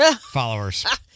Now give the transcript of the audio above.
followers